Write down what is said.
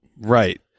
Right